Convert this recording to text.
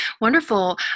wonderful